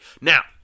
Now